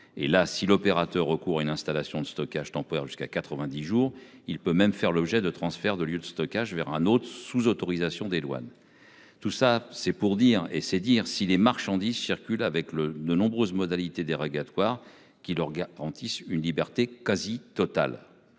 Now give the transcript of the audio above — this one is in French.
et là si l'opérateur recours une installation de stockage temporaire, jusqu'à 90 jours, il peut même faire l'objet de transfert de lieu de stockage vers un autre sous-autorisation des douanes. Tout ça c'est pour dire et c'est dire si les marchandises circulent avec le. De nombreuses modalités dérogatoires qui leur garantissent une liberté quasi totale.